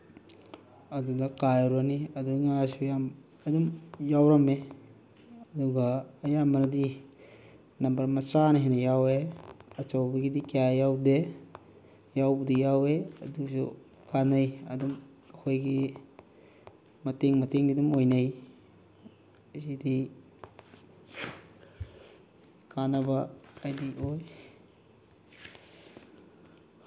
ꯑꯗꯨꯗ ꯀꯥꯏꯔꯨꯔꯅꯤ ꯑꯗꯨꯗꯒꯤ ꯉꯥꯁꯨ ꯌꯥꯝ ꯑꯗꯨꯝ ꯌꯥꯎꯔꯝꯃꯤ ꯑꯗꯨꯒ ꯑꯌꯥꯝꯕꯅꯗꯤ ꯅꯝꯕꯔ ꯃꯆꯥꯅ ꯍꯦꯟꯅ ꯌꯥꯎꯋꯦ ꯑꯆꯧꯕꯒꯤꯗꯤ ꯀꯌꯥ ꯌꯥꯎꯗꯦ ꯌꯥꯎꯕꯨꯗꯤ ꯌꯥꯎꯋꯦ ꯑꯗꯨꯁꯨ ꯀꯥꯟꯅꯩ ꯑꯗꯨꯝ ꯑꯩꯈꯣꯏꯒꯤ ꯃꯇꯦꯡ ꯃꯇꯦꯡꯗꯤ ꯑꯗꯨꯝ ꯑꯣꯏꯅꯩ ꯑꯁꯤꯗꯤ ꯀꯥꯟꯅꯕ ꯍꯥꯏꯗꯤ ꯑꯣꯏ